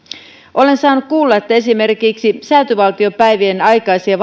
olen saanut kuulla että esimerkiksi säätyvaltiopäivien aikaisia